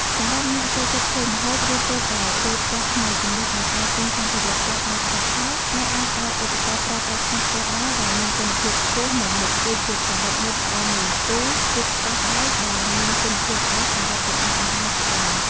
សម្រាប់អ្នកចូលចិត្តធ្វើម្ហូប ឬទើបតែរើផ្ទះថ្មី ជំនួសឱ្យការទិញសម្ភារៈផ្ទះបាយថោកៗ អ្នកអាចឱ្យឧបករណ៍ប្រើប្រាស់ក្នុងផ្ទះបាយដែលមានគុណភាពខ្ពស់មួយមុខ ដូចជាកាំបិតមុតល្អមួយគូ ឬខ្ទះដែកដែលមានគុណភាពល្អសម្រាប់ចម្អិនអាហារជាដើម។